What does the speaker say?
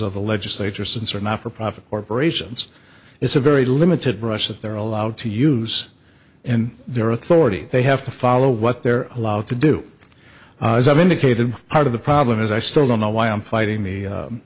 of the legislature since are not for profit corporations it's a very limited brush that they're allowed to use in their authority they have to follow what they're allowed to do as i've indicated part of the problem is i still don't know why i'm fighting